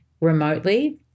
remotely